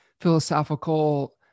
philosophical